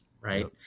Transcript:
right